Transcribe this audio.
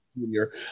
Junior